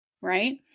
right